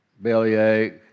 bellyache